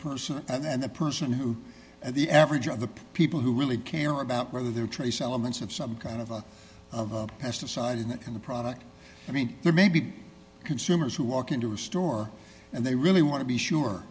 person and the person who and the average of the people who really care about whether their trace elements of some kind of a pesticide and that kind of product i mean there may be consumers who walk into a store and they really want to be sure